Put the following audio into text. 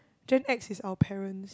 Gen-X is our parents